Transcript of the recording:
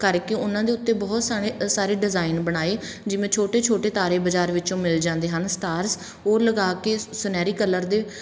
ਕਰਕੇ ਉਹਨਾਂ ਦੇ ਉੱਤੇ ਬਹੁਤ ਸਾਣੇ ਸਾਰੇ ਡਿਜ਼ਾਈਨ ਬਣਾਏ ਜਿਵੇਂ ਛੋਟੇ ਛੋਟੇ ਤਾਰੇ ਬਜ਼ਾਰ ਵਿੱਚੋਂ ਮਿਲ ਜਾਂਦੇ ਹਨ ਸਟਾਰਸ ਉਹ ਲਗਾ ਕੇ ਸੁ ਸੁਨਹਿਰੀ ਕਲਰ ਦੇ